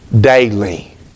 daily